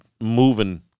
moving